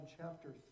chapter